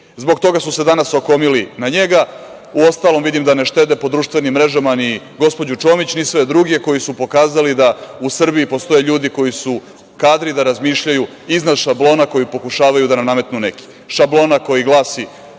Zbog toga su se danas okomili na njega, uostalom vidim da ne štede po društvenim mrežama ni gospođu Čomić, ni sve druge koji su pokazali da u Srbiji postoje ljudi koji su kadri da razmišljaju iznad šablona koji pokušavaju da nam nametnu neki.